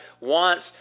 wants